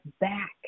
back